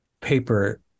paper